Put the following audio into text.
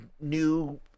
new